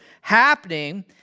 happening